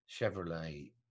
Chevrolet